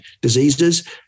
diseases